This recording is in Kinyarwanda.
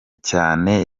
cyane